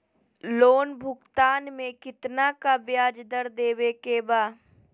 Loan भुगतान में कितना का ब्याज दर देवें के बा?